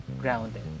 grounded